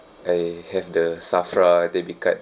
I have the SAFRA debit card